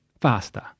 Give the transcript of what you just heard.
faster